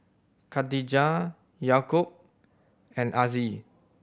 Khatijah Yaakob and Aziz